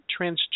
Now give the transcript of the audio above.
Transgender